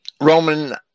Roman